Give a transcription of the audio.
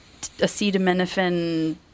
acetaminophen